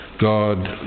God